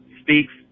speaks